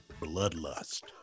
bloodlust